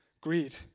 Greed